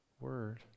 Word